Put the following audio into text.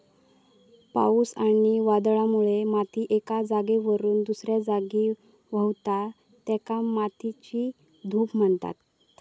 पावस आणि वादळामुळे माती एका जागेवरसून दुसऱ्या जागी व्हावता, तेका मातयेची धूप म्हणतत